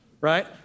right